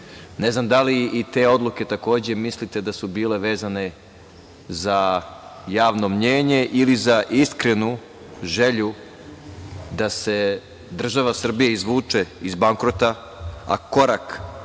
Ne znam da li i te odluke takođe mislite da su bile vezane za javno mnjenje ili za iskrenu želju da se država Srbija izvuče iz bankrota, a na korak